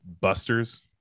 Buster's